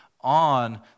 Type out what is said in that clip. on